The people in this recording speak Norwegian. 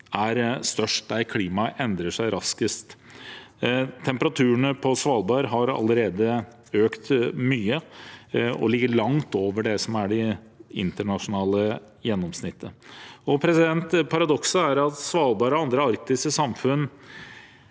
er størst, og der klimaet endrer seg raskest. Temperaturene på Svalbard har allerede økt mye og ligger langt over det som er det internasjonale gjennomsnittet. Paradokset er at Svalbard og andre arktiske samfunn